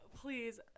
Please